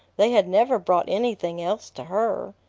they had never brought anything else to her.